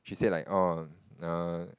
she said like oh err